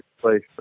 place